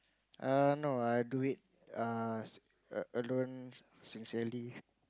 err no I do it err alone sincerely